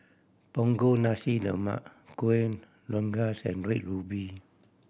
Punggol Nasi Lemak Kueh Rengas and Red Ruby